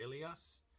Elias